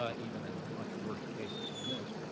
ah even in much worse cases than this.